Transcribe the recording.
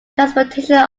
transportation